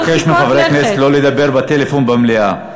אני מבקש מחברי הכנסת לא לדבר בטלפון במליאה.